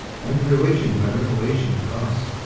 and a religion by revelation to us,